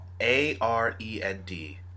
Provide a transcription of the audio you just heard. A-R-E-N-D